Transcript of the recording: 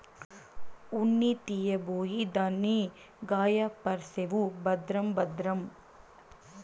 ఉన్ని తీయబోయి దాన్ని గాయపర్సేవు భద్రం భద్రం